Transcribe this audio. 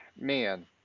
man